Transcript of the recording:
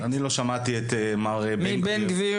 אני לא שמעתי את מר בן גביר.